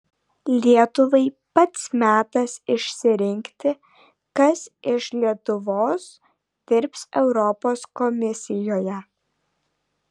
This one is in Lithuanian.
lietuvai pats metas išsirinkti kas iš lietuvos dirbs europos komisijoje